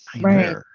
Right